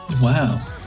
Wow